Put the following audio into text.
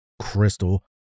crystal